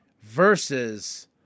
versus